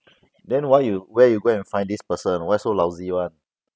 then why you where you go and find this person why so lousy [one]